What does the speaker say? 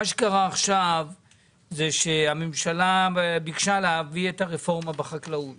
מה שקרה עכשיו זה שהממשלה ביקשה להביא את הרפורמה בחקלאות